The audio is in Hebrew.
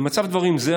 במצב דברים זה,